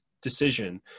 decision